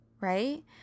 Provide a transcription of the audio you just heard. right